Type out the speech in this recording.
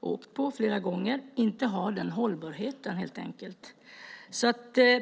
åkt på flera gånger, inte har den hållbarheten, helt enkelt.